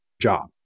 job